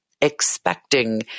expecting